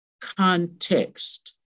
context